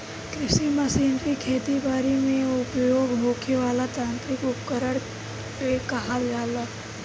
कृषि मशीनरी खेती बरी में उपयोग होखे वाला यांत्रिक उपकरण के कहल जाला